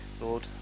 Lord